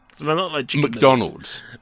McDonald's